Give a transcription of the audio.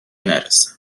نرسم